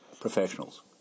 professionals